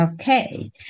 Okay